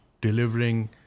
delivering